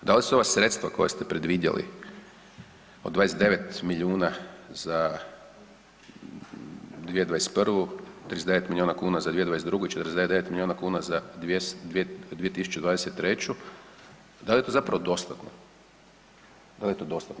Da li su ova sredstva koja ste predvidjeli od 29 milijuna za 2021., 39 miliona kuna za 2022. i 49 miliona kuna za 2023., da li je to zapravo dostatno, da li je to dostatno?